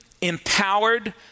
empowered